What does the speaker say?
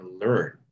learn